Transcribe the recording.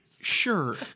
Sure